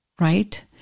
right